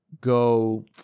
Go